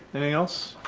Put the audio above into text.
anything else?